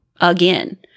again